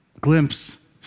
glimpse